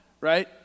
right